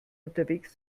unterwegs